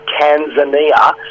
tanzania